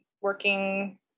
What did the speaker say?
working